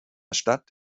stadt